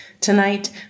Tonight